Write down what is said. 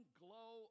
glow